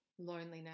loneliness